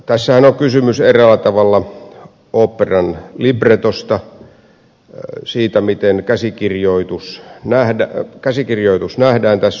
tässähän on kysymys eräällä tavalla oopperan libretosta siitä miten käsikirjoitus nähdään tässä yhteydessä